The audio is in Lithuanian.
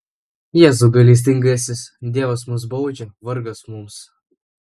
jėzau gailestingasis dievas mus baudžia vargas mums